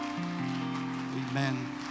Amen